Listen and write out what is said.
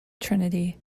trinity